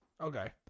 Okay